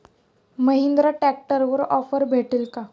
महिंद्रा ट्रॅक्टरवर ऑफर भेटेल का?